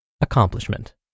Accomplishment